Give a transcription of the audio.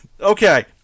okay